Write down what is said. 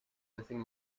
anything